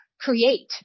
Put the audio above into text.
create